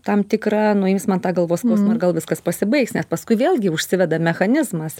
tam tikrą nuims man tą galvos skausmą ir gal viskas pasibaigs nes paskui vėlgi užsiveda mechanizmas